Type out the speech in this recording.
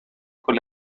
con